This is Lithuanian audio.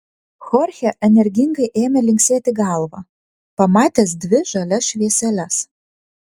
chorchė energingai ėmė linksėti galva pamatęs dvi žalias švieseles